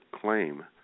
claim